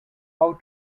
how